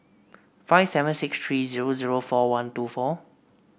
five seven six three zero zero four one two four